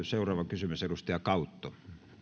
seuraava kysymys edustaja kautto